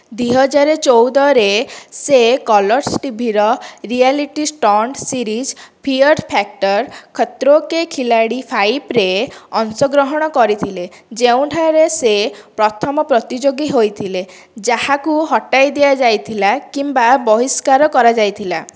ଦୁଇହଜାର ଚଉଦ ରେ ସେ କଲର୍ସ ଟିଭିର reality stunt series Fear Factor Khatron Ke Khiladi five ରେ ଅଂଶଗ୍ରହଣ କରିଥିଲେ ଯେଉଁଠାରେ ସେ ପ୍ରଥମ ପ୍ରତିଯୋଗୀ ହୋଇଥିଲେ ଯାହାକୁ ହଟାଇ ଦିଆଯାଇଥିଲା କିମ୍ବା ବହିଷ୍କାର କରାଯାଇଥିଲା